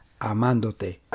Amándote